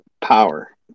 power